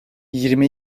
yirmi